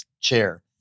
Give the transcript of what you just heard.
chair